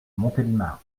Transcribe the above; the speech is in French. montélimar